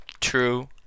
true